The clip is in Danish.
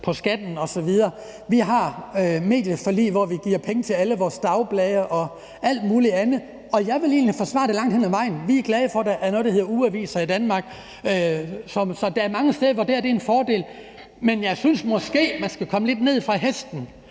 skatten osv. Vi har et medieforlig, hvor vi giver penge til alle vores dagblade og alt muligt andet. Jeg vil egentlig forsvare det langt hen ad vejen. Vi er glade for, at der er noget, der hedder ugeaviser i Danmark, så der er mange steder, hvor det her er en fordel. Men jeg synes måske, man skal komme lidt ned fra den